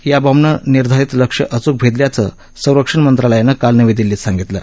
या बॉम्बनं निर्धारित लक्ष्य अचूक भदिक्याचं संरक्षण मंत्रालयानं काल नवी दिल्लीत सांगितलं